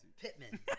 Pittman